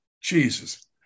Jesus